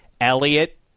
Elliot